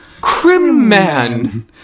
Crimman